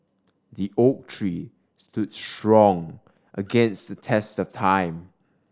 the oak tree stood strong against the test of time